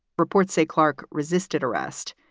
reports say clarke resisted arrest.